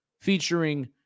featuring